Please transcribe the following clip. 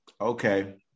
okay